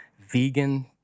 vegan